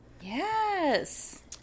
Yes